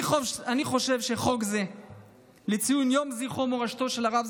אני חושב שחוק זה לציון יום זכרו ומורשתו של הרב,